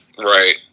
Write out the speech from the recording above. Right